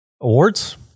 awards